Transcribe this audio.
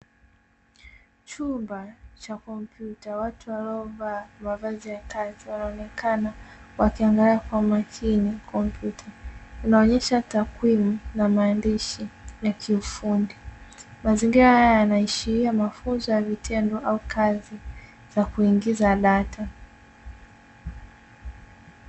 Chumba cha kompyuta, watu waliovaa mavazi ya kazi wanaonekana waki angalia kwa makini kompyuta, inaonesha takwimu na maandishi ya kiufundi; mazingira haya yanaashiria mafunzo ya vitendo au kazi za kuingiza data.